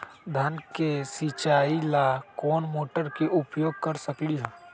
धान के सिचाई ला कोंन मोटर के उपयोग कर सकली ह?